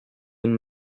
and